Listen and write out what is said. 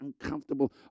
uncomfortable